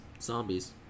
Zombies